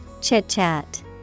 Chit-chat